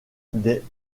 des